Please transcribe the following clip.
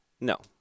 no